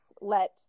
let